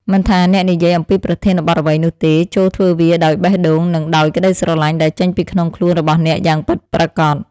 មិនថាអ្នកនិយាយអំពីប្រធានបទអ្វីនោះទេចូរធ្វើវាដោយបេះដូង និងដោយក្តីស្រឡាញ់ដែលចេញពីក្នុងខ្លួនរបស់អ្នកយ៉ាងពិតប្រាកដ។